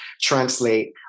translate